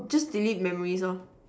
just delete memories lor